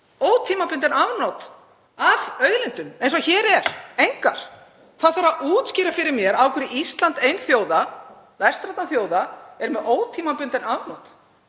ótímabundin afnot af auðlindum eins og hér er. Engar. Það þarf að útskýra fyrir mér af hverju Íslendingar, einir vestrænna þjóða, eru með ótímabundin afnot